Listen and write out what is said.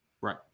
Right